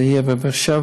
זה יהיה בבאר-שבע.